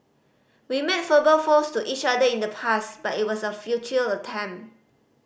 we made fowls to each other in the past but it was a future attempt